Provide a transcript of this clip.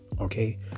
Okay